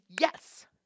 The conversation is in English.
yes